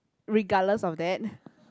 regardless of that